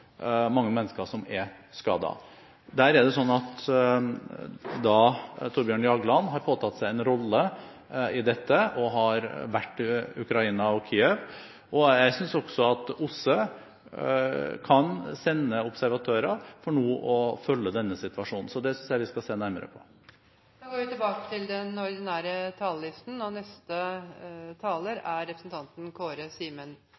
mange mennesker som er skadet. Thorbjørn Jagland har påtatt seg en rolle i dette og har vært i Ukraina og Kiev, og jeg synes også at OSSE kan sende observatører for å følge denne situasjonen nå. Det synes jeg vi skal se nærmere på. Replikkordskiftet er omme. For første gang i nyere historie er en langtidsplan for Forsvaret blitt fulgt opp også budsjettmessig. Norge har et moderne og